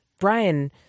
Brian